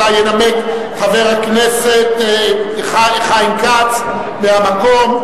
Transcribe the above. שאותה ינמק חבר הכנסת חיים כץ מהמקום,